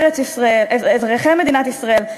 אזרחי מדינת ישראל,